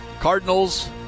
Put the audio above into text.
Cardinals